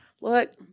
look